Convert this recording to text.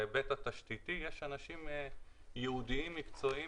בהיבט התשתיתי יש אנשים ייעודיים מקצועיים